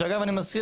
שאגב אני מזכיר,